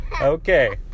Okay